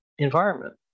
environment